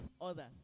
others